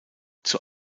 zur